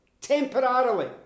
temporarily